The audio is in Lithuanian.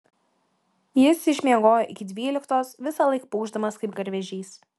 jis išmiegojo iki dvyliktos visąlaik pūkšdamas kaip garvežys